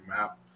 map